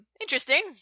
Interesting